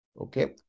Okay